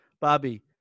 Bobby